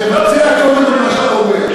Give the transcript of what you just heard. אין לי מה, תבצע קודם את מה שאתה אומר.